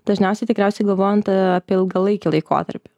dažniausiai tikriausiai galvojant apie ilgalaikį laikotarpį